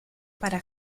para